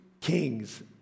Kings